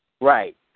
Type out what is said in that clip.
Right